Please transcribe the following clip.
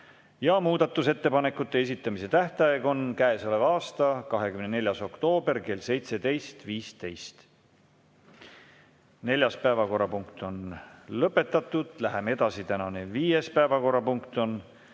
ja muudatusettepanekute esitamise tähtaeg on käesoleva aasta 24. oktoobril kell 17.15. Neljas päevakorrapunkt on lõpetatud. Läheme edasi. Tänane viies päevakorrapunkt on